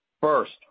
First